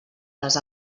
les